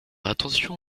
attention